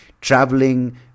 traveling